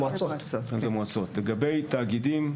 לגבי תאגידים,